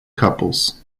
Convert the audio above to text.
couples